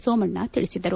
ಸೋಮಣ್ಣ ತಿಳಿಸಿದರು